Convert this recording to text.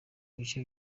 bice